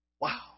Wow